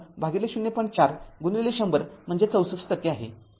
४१०० म्हणजे ६४ टक्के आहे